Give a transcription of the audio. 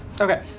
Okay